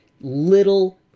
little